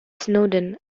snowden